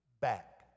back